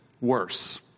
worse